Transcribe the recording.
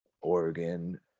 Oregon